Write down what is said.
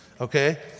Okay